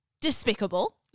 despicable